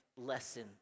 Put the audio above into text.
lesson